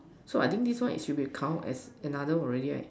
so I think this one should be count as another one already right